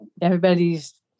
everybody's